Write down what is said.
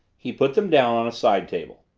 he put them down on a side table.